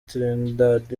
trinidad